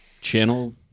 channel